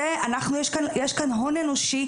זה יש כאן הון אנושי,